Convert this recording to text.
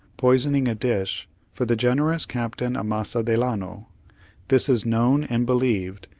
poisoning a dish for the generous captain amasa delano this is known and believed,